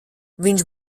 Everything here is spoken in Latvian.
viņš